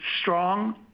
strong